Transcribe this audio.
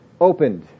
opened